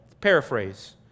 paraphrase